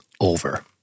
over